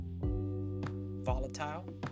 volatile